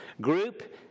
group